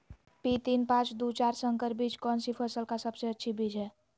P तीन पांच दू चार संकर बीज कौन सी फसल का सबसे अच्छी बीज है?